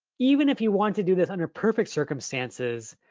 even if you want to do this under perfect circumstances,